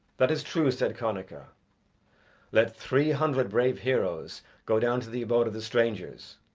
that is true, said connachar let three hundred brave heroes go down to the abode of the strangers,